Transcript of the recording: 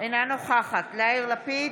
אינה נוכחת יאיר לפיד,